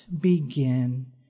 begin